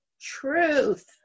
truth